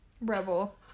Rebel